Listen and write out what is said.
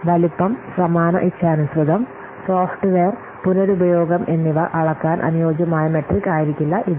വലുപ്പം സമാന ഇച്ഛാനുസൃതം സോഫ്റ്റ്വെയർ പുനരുപയോഗം എന്നിവ അളക്കാൻ അനുയോജ്യമായ മെട്രിക് ആയിരിക്കില്ല ഇത്